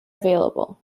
available